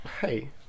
Hey